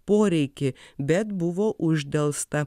poreikį bet buvo uždelsta